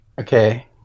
Okay